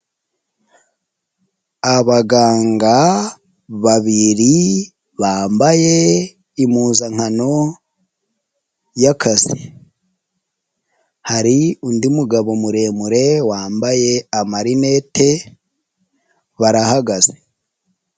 Abaganga babiri bambaye impuzankano y'akazi. Hari undi mugabo muremure wambaye amarinete barahagaze.